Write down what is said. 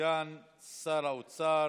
סגן שר העבודה,